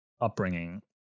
upbringing